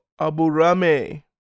Aburame